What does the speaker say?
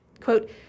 Quote